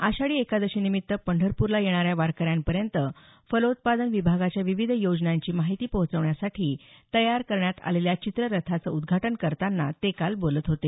आषाढी एकादशीनिमित्त पंढरपूरला येणाऱ्या वारकऱ्यापर्यंत फलोत्पादन विभागाच्या विविध योजनांची माहिती पोहचवण्यासाठी तयार करण्यात आलेल्या चित्ररथाचं उद्घाटन करतांना ते काल बोलत होते